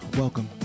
welcome